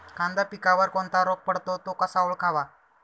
कांदा पिकावर कोणता रोग पडतो? तो कसा ओळखावा?